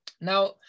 Now